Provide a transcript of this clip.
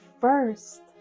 first